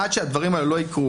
עד שהדברים האלה לא יקרו,